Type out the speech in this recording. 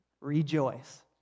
Rejoice